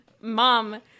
Mom